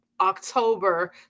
October